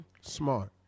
smart